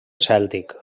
cèltic